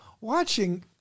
Watching